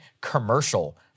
commercial